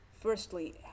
firstly